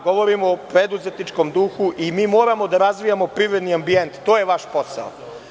Govorim o preduzetničkom duhu i mi moramo da razvijamo privredni ambijent, to je vaš posao.